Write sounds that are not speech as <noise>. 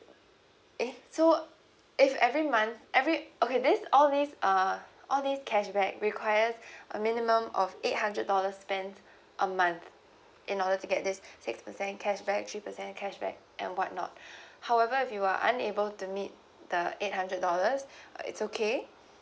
eh so if every month every okay this all this uh all this cashback requires <breath> a minimum of eight hundred dollars spent <breath> a month in order to get this six percent cashback three percent cashback and what not <breath> however if you are unable to meet the eight hundred dollars <breath> it's okay